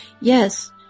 yes